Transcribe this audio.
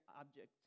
object